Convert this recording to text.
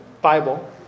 Bible